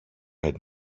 had